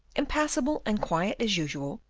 impassible and quiet as usual,